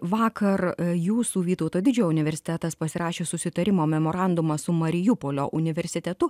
vakar jūsų vytauto didžiojo universitetas pasirašė susitarimo memorandumą su marijupolio universitetu